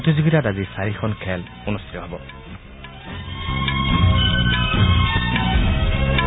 প্ৰতিযোগিতাৰ আজি চাৰিখন খেল অনুষ্ঠিত হ'ব